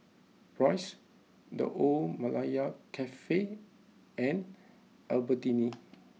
Royce the Old Malaya Cafe and Albertini